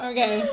Okay